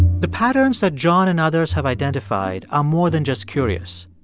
the patterns that john and others have identified are more than just curious.